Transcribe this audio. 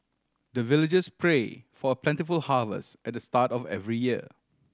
the villagers pray for plentiful harvest at the start of every year